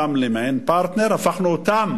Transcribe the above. הפכנו אותם למעין פרטנר, הפכנו אותם